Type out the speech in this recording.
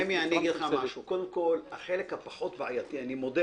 נחמיה, החלק הפחות בעייתי אני מודה